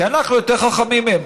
כי אנחנו יותר חכמים מהם.